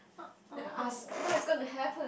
uh oh